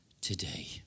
today